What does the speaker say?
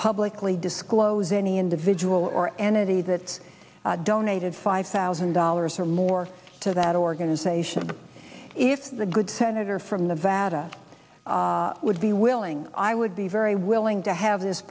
publicly disclose any individual or entity that donated five thousand dollars or more to that organization if the good senator from nevada would be willing i would be very willing to have this